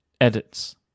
edits